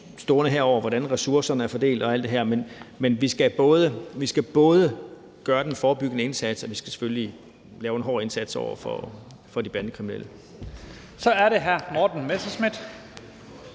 overblik over, hvordan ressourcerne er fordelt og alt det her, men vi skal både gøre den forebyggende indsats og selvfølgelig lave en hård indsats over for de bandekriminelle. Kl. 16:16 Første næstformand